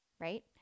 right